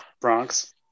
Bronx